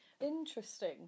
interesting